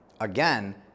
again